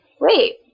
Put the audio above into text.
wait